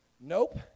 Nope